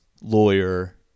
lawyer